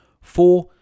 Four